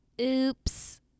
Oops